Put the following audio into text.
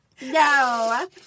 No